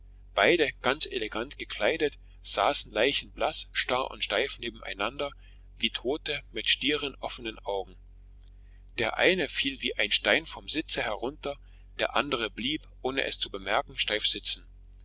beide ganz elegant gekleidet saßen leichenblaß starr und steif nebeneinander wie tote mit stieren offenen augen der eine fiel wie ein stein vom sitze herunter der andere blieb ohne es zu bemerken steif sitzen